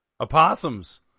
Opossums